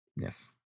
Yes